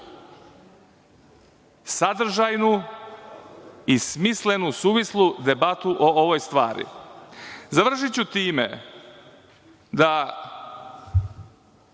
sadržajnu i smislenu, suvislu debatu o ovoj stvari. Završiću time da,